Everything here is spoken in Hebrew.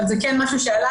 אבל זה כן משהו שעלה,